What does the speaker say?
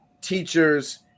teachers